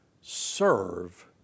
serve